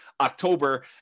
October